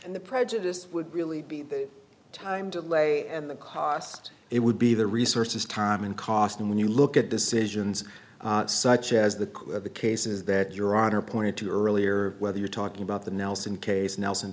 and the prejudice would really be time to lay and the cost it would be the resources time and cost and when you look at decisions such as the cases that your honor pointed to earlier whether you're talking about the nelson case nelson